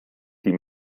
die